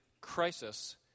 crisis